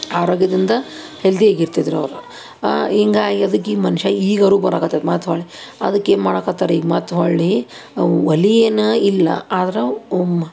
ಆರೋಗ್ಯದಿಂದ ಹೆಲ್ದಿಯಾಗಿ ಇರ್ತಿದ್ರು ಅವ್ರು ಹೀಗಾಗಿ ಅದಕ್ಕೆ ಈ ಮನುಷ್ಯ ಈಗಾದ್ರು ಬರಾಕತ್ತೈತಿ ಮತ್ತು ಹೊಳ್ಳಿ ಅದಕ್ಕೇನು ಮಾಡಾಕತ್ತಾರ ಈಗ ಮತ್ತು ಹೊರಳಿ ಅವು ಒಲೆ ಏನೂ ಇಲ್ಲ ಆದ್ರೆ